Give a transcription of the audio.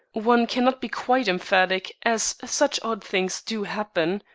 one cannot be quite emphatic, as such odd things do happen.